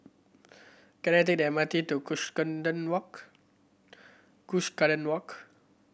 can I take the M R T to Walk Cuscaden Walk